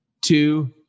two